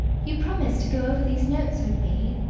you promised to go over these notes with me,